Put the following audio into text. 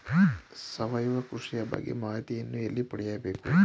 ಸಾವಯವ ಕೃಷಿಯ ಬಗ್ಗೆ ಮಾಹಿತಿಯನ್ನು ಎಲ್ಲಿ ಪಡೆಯಬೇಕು?